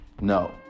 No